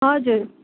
हजुर